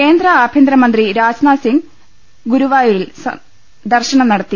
കേന്ദ്ര ആഭ്യന്തരമന്ത്രി രാജ്നാഥ്സിംഗ് ഗുരുവായൂരിൽ ദർശനം നടത്തി